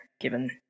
given